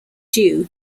due